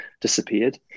disappeared